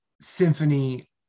symphony